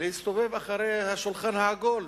להסתובב אחרי השולחן העגול,